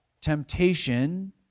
temptation